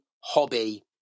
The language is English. hobby